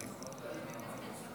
כן, כן, שר הביטחון.